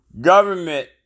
government